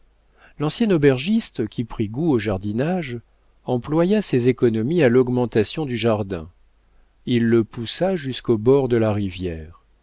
l'ancien aubergiste qui prit goût au jardinage employa ses économies à l'augmentation du jardin il le poussa jusqu'au bord de la rivière